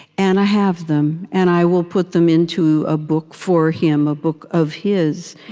and i have them, and i will put them into a book for him, a book of his.